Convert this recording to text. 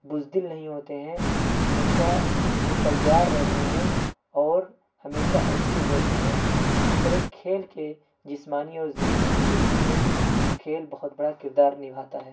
بزدل نہیں ہوتے ہیں ہمیشہ وہ تیار رہتے ہیں اور ہمیشہ ایکٹیو رہتے ہیں اس طرح کھیل کے جسمانی اور ذہنی تندرستی میں کھیل بہت بڑا کردار نبھاتا ہے